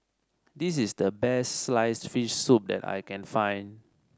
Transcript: this is the best sliced fish soup that I can find